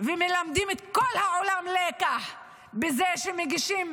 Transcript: ומלמדים את כל העולם לקח בזה שמגישים